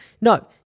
No